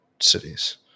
cities